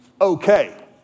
okay